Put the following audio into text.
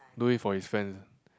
do it for his fans ah